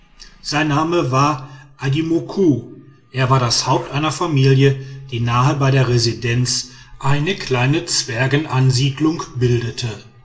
sein name war adimok er war das haupt einer familie die nahe bei der residenz eine kleine zwergenansiedlung bildete